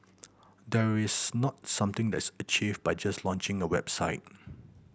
there's not something that's achieved by just launching a website